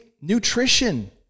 nutrition